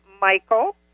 Michael